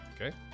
Okay